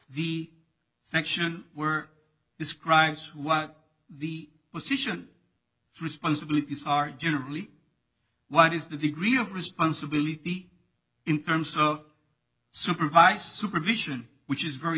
the section we're describes who are the position responsibilities are generally what is the degree of responsibility in terms of supervisor supervision which is very